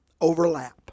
overlap